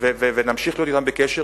ונמשיך להיות אתם בקשר.